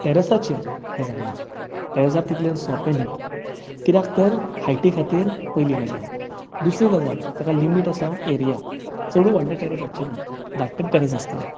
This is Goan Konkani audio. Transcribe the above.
टॅर्रसाचेर हें जायना टॅर्रसार तितलें सोंपें न्ही कित्याक तर हायटी खातीर पयली गजाल दुसरी गजाल ताका लिमीट आसा एरिया चडूय व्हडले टॅर्रस आसचें ना धाकटेंच टॅर्रस आसतलें